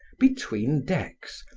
between decks,